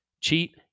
cheat